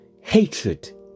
hatred